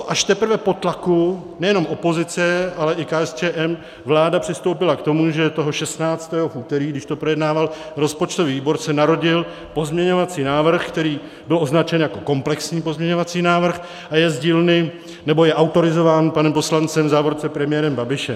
Až teprve po tlaku nejenom opozice, ale i KSČM vláda přistoupila k tomu, že toho 16. v úterý, když to projednával rozpočtový výbor, se narodil pozměňovací návrh, který byl označen jako komplexní pozměňovací návrh a je z dílny, nebo je autorizován panem poslancem, v závorce premiérem, Babišem.